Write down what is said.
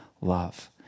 love